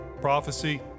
prophecy